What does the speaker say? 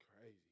crazy